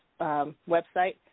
website